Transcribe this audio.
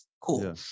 cool